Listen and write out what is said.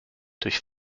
durch